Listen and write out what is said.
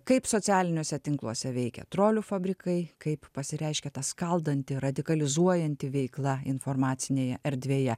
kaip socialiniuose tinkluose veikia trolių fabrikai kaip pasireiškia ta skaldanti radikalizuojanti veikla informacinėje erdvėje